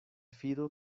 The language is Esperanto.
fido